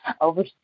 over